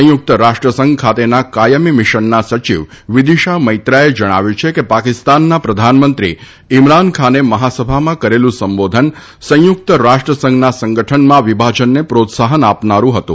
સંયુક્ત રાષ્ટ્રસંઘ ખાતેના કાયમી મિશનના સચિવ વિદિશા મૈત્રાએ જણાવ્યું છે કે પાકિસ્તાનના પ્રધાનમંત્રી ઇમરાન ખાને મહાસભામાં કરેલું સંબોધન સંયુક્ત રાષ્ટ્રના સંગઠનમાં વિભાજનને પ્રોત્સાહન આપનારૂં હતું